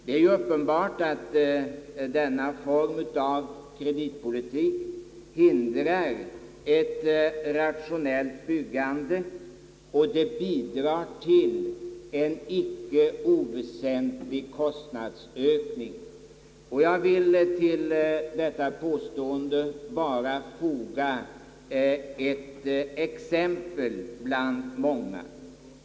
Det är ju uppenbart att denna form av kreditpolitik hindrar ett rationellt byggande och bidrar till en icke oväsentlig kostnadsökning. Jag vill till detta påstående bara foga ett exempel bland många.